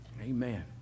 Amen